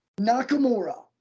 Nakamura